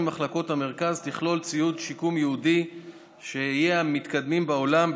כל אחת ממחלקות המרכז תכלול ציוד שיקום ייעודי שיהיה מהמתקדמים בעולם,